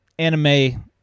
anime